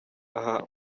aha